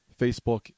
Facebook